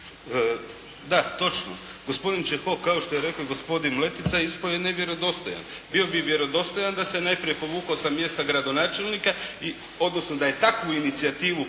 Da, točno. Gospodin Čehok, kao što je rekao i gospodin Letica ispao je nevjerodostojan. Bio bi vjerodostojan da se najprije povukao sa mjesta gradonačelnika i odnosno da je takvu inicijativu